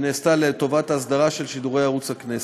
שנעשתה לטובת ההסדרה של שידורי ערוץ הכנסת,